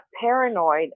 paranoid